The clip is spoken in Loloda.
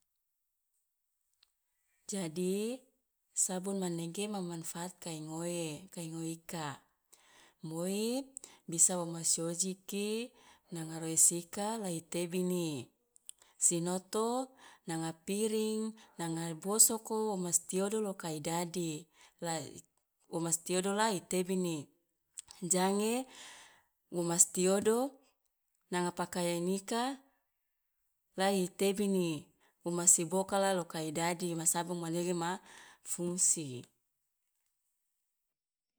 Jadi sabun manege ma manfaat kai ngoe, kai ngoe ika, moi bisa wo ma si ojiki nanga roese ika la i tebini, sinoto nanga piring, nanga bosoko wo masi tiodo loka i dadi la- wo masi tiodo la i tebini, jange wo masi tiodo nanga pakaian ika la i tebini, wo masi bokala loka i dadi, ma sabong manege ma fungsi.